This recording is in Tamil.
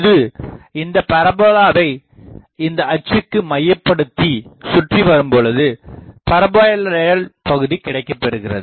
இது இந்தப் பாரபோலாவை இந்த அச்சுக்கு மையப்படுத்திச் சுற்றி வரும்போது பாரபோலாய்டல் பகுதி கிடைக்கப்பெறுகிறது